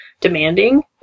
demanding